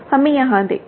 हमें यहां देखें